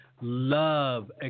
love